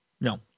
No